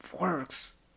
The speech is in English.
works